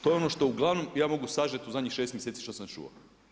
To je ono što uglavnom ja mogu sažeti u zadnjih 6 mjeseci što sam čuo.